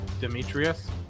demetrius